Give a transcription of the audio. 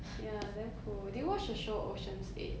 ya damn cool did you watch the show ocean's eight